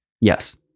Yes